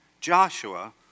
Joshua